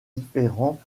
différent